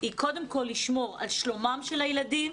היא קודם כל לשמור על שלומם של הילדים,